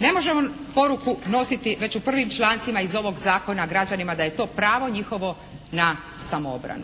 Ne možemo poruku nositi već u prvim člancima iz ovog zakona građanima da je to pravo njihovo na samoobranu.